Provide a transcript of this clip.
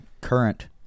current